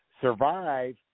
survive